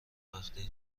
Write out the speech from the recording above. وقتی